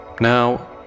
Now